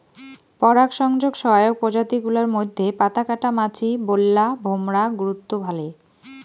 পরাগসংযোগ সহায়ক প্রজাতি গুলার মইধ্যে পাতাকাটা মাছি, বোল্লা, ভোমরা গুরুত্ব ভালে